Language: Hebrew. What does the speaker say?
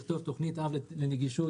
לכתוב תוכנית-אב לנגישות